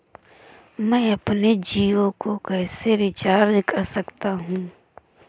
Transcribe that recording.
मैं अपने जियो को कैसे रिचार्ज कर सकता हूँ?